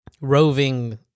roving